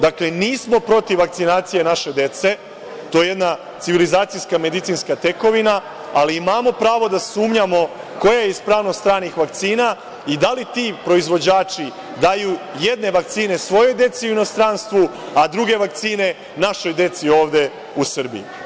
Dakle, nismo protiv vakcinacije naše dece, to je jedna civilizacijska medicinska tekovina, ali imamo pravo da sumnjamo koja je ispravnost stranih vakcina i da li ti proizvođači daju jedne vakcine svojoj deci u inostranstvu, a druge vakcine našoj deci ovde u Srbiji.